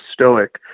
stoic